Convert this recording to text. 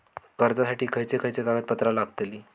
कर्जासाठी खयचे खयचे कागदपत्रा लागतली?